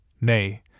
Nay